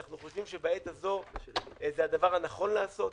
אנחנו חושבים שבעת הזו זה הדבר הנכון לעשות.